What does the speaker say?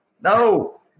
No